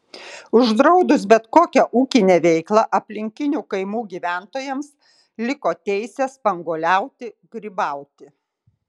uždraudus bet kokią ūkinę veiklą aplinkinių kaimų gyventojams liko teisė spanguoliauti grybauti